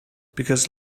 because